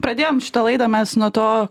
pradėjom šitą laidą mes nuo to